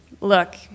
Look